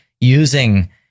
using